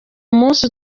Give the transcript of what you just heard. umunsi